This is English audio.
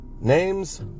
names